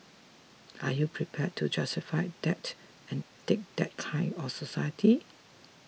are you prepared to justify that and take that kind of society